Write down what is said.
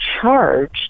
charged